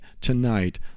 tonight